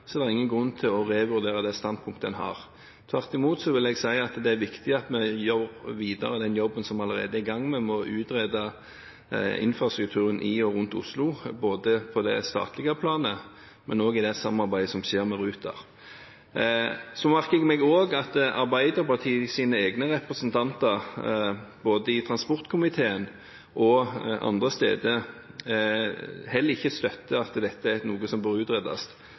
er ingen grunn til å revurdere det standpunktet en har. Tvert imot vil jeg si at det er viktig at vi fortsetter den jobben vi allerede er i gang med, med å utrede infrastrukturen i og rundt Oslo, både på det statlige planet og i samarbeidet med Ruter. Jeg merker meg også at Arbeiderpartiets egne representanter, både i transportkomiteen og andre steder, heller ikke støtter synspunktet om at dette er noe som bør utredes.